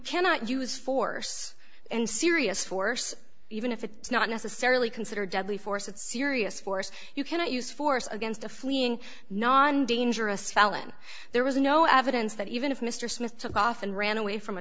cannot use force and serious force even if it's not necessarily considered deadly force at serious force you cannot use force against a fleeing non dangerous felon there was no evidence that even if mr smith took off and ran away from a